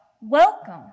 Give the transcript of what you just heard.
welcome